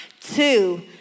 two